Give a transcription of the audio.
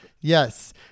Yes